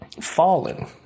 fallen